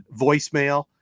voicemail